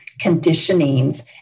conditionings